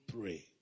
pray